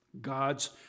God's